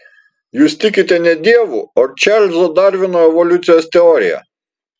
jūs tikite ne dievu o čarlzo darvino evoliucijos teorija